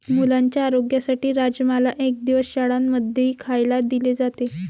मुलांच्या आरोग्यासाठी राजमाला एक दिवस शाळां मध्येही खायला दिले जाते